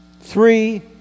Three